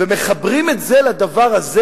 ומחברים את זה לדבר הזה,